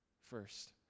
first